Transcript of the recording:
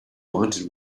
wanted